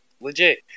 legit